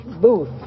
Booth